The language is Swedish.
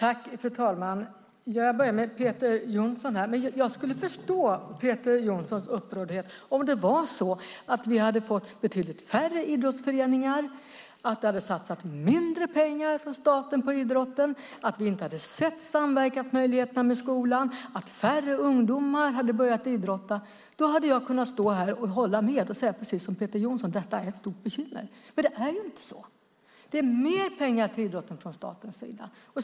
Fru talman! Jag börjar med Peter Johnsson. Jag skulle förstå Peter Johnssons upprördhet om vi hade fått betydligt färre idrottsföreningar, om staten hade satsat mindre pengar på idrotten, om vi inte hade sett samverkansmöjligheterna med skolan och om färre ungdomar hade börjat idrotta. Då hade jag kunnat stå här och hålla med och säga precis som Peter Johnsson: Detta är ett stort bekymmer. Men det är ju inte så! Det är mer pengar till idrotten från statens sida.